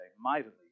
mightily